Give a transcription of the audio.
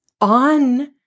On